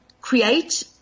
create